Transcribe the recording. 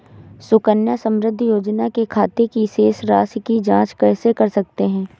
सुकन्या समृद्धि योजना के खाते की शेष राशि की जाँच कैसे कर सकते हैं?